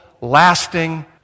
lasting